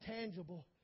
tangible